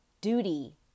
duty